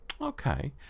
Okay